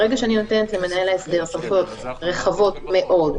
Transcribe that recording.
ברגע שאני נותנת למנהל ההסדר סמכויות רחבות מאוד,